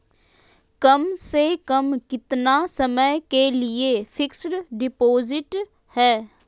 कम से कम कितना समय के लिए फिक्स डिपोजिट है?